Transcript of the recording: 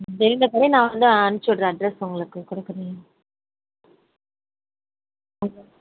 எனக்கு தெரிஞ்சவரை நான் வந்து அனுப்பிச்சி விட்றேன் அட்ரஸ்ஸு உங்களுக்கு கொடுக்குறேன் ஓகே